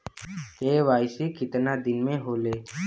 KYC कितना दिन में होले?